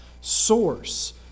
source